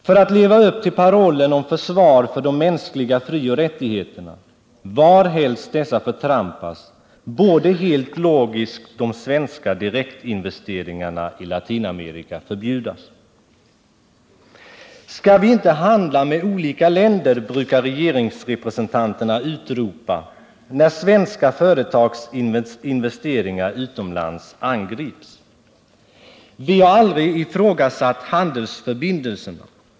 För att vi skall leva upp till parollen om försvar för de mänskliga frioch rättigheterna, varhelst dessa förtrampas, borde vi helt logiskt förbjuda de svenska direktinvesteringarna i Latinamerika. Skall vi inte handla med olika länder? brukar regeringsrepresentanterna utropa när svenska företags investeringar utomlands angrips. Vi har aldrig ifrågasatt handelsförbindelserna.